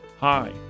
Hi